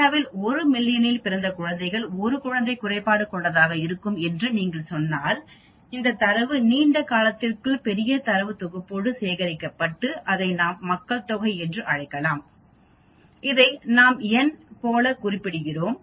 இந்தியாவில் 1 மில்லியனில் பிறந்த குழந்தைகளின் 1குழந்தை குறைபாடு கொண்டதாக இருக்கும் என்று நீங்கள் சொன்னால் இந்தத் தரவு நீண்ட காலத்திற்குள் பெரிய தரவுத் தொகுப்போடு சேகரிக்கப்பட்டு அதை நாம் மக்கள்தொகை என்று அழைக்கலாம் இதை நாம் N போல குறிப்பிடுகிறோம்